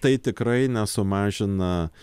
tai tikrai nesumažina